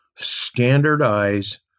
standardize